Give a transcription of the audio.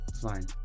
fine